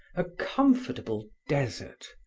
a comfortable desert,